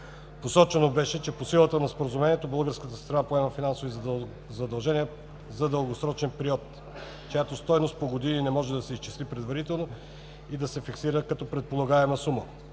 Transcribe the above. Посочено беше, че по силата на Споразумението българската страна поема финансови задължения за дългосрочен период, чиято стойност по години не може да се изчисли предварително и да се фиксира като предполагаема сума.